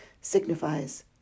signifies